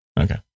Okay